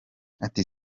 ati